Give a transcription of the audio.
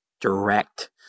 direct